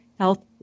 Health